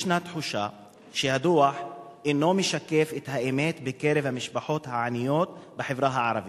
יש תחושה שהדוח אינו משקף את האמת בקרב המשפחות העניות בחברה הערבית,